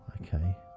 okay